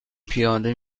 پیاده